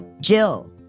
Jill